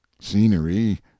scenery